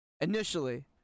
initially